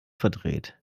verdreht